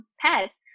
pets